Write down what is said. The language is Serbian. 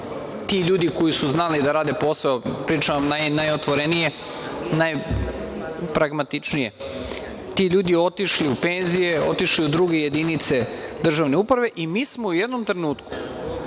Ti ljudi koji su znali da rade posao, pričam vam najotvorenije, najpragmatičnije, ti ljudi otišli u penzije, otišli u druge jedinice državne uprave i mi smo u jednom trenutku